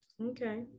okay